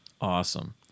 Awesome